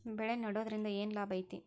ಬೆಳೆ ನೆಡುದ್ರಿಂದ ಏನ್ ಲಾಭ ಐತಿ?